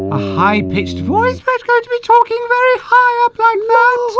a high-pitched voice first guy to be talking very high up like